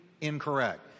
incorrect